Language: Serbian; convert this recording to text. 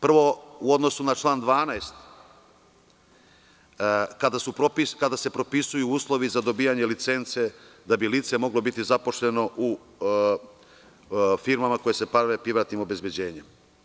Prvo, u odnosu na član 12. kada se propisuju uslovi za dobijanje licence, da bi lice moglo biti zaposleno u firmama koje se bave privatnim obezbeđenjem.